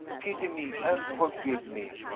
pity me, and forgive me.